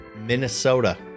Minnesota